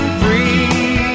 free